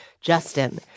Justin